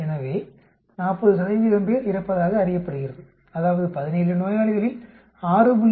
எனவே 40 பேர் இறப்பதாக அறியப்படுகிறது அதாவது 17 நோயாளிகளில் 6